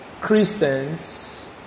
Christians